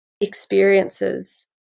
experiences